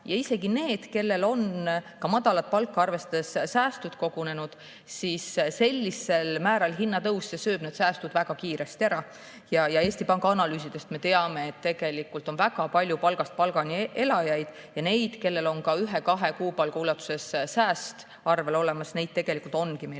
Isegi kui [inimesel] on ka madala palga juures säästud kogunenud, sööb sellisel määral hinnatõus need säästud väga kiiresti ära. Eesti Panga analüüsidest me teame, et tegelikult on väga palju palgast palgani elajaid. Neid, kellel on ühe kuni kahe kuupalga ulatuses sääste arvel olemas, tegelikult ongi meil